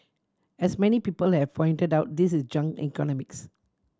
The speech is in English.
as many people have pointed out this is junk economics